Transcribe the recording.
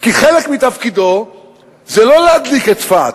כי חלק מתפקידו זה לא להדליק את צפת.